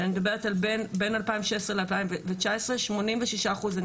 אני מדברת על בין 2016 ל-2019: 86 אחוז נסגרים,